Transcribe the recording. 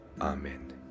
Amen